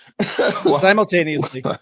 Simultaneously